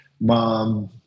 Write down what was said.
mom